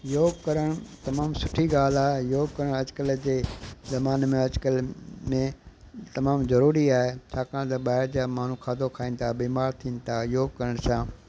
योग करण तमामु सुठी ॻाल्हि आहे योग करण अॼुकल्ह जे ज़माने में अॼुकल्ह में तमामु ज़रूरी आहे छाकाणि त ॿाहिरि जा माण्हू खाधो खाइनि था बीमार थियनि था योग करण सां